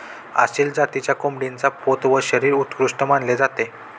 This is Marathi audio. आसिल जातीच्या कोंबडीचा पोत व शरीर उत्कृष्ट मानले जाते